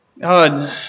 God